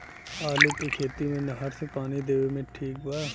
आलू के खेती मे नहर से पानी देवे मे ठीक बा?